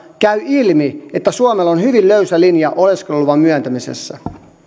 käy ilmi että suomella on hyvin löysä linja oleskeluluvan myöntämisessä